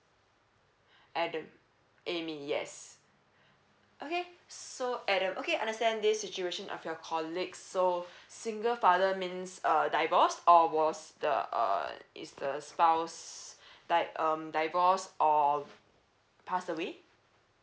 adam amy yes okay so adam okay understand this situation of your colleague so single father means err divorce or was the uh is the spouse di~ um divorce or pass away